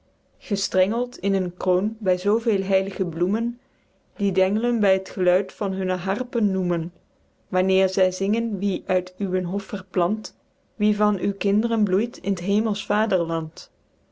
gestrengeld in een kroon by zoo veel heilge bloemen die de englen by t geluid van hunne harpen noemen wanneer zy zingen wie uit uwen hof verplant wie van uw kindren bloeit in t hemelsch vaderland